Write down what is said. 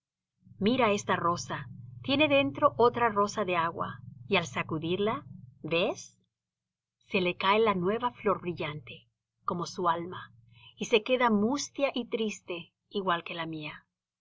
mira esta rosa tiene dentro otra rosa de agua y al sacudirla ves se le cae la nueva flor brillante como su alma y se queda mustia y triste igual que la mía